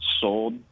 sold